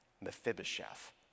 Mephibosheth